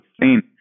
seen